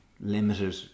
limited